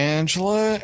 Angela